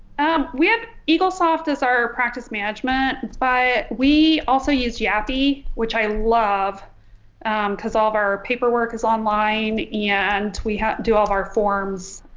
um we have eagle softest our practice management by we also used yapi which i love because all of our paperwork is online yeah and we do all of our forms